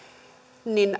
niin